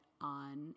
on